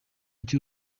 iki